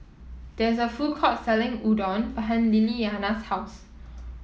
there is a food court selling Udon behind Lilyana's house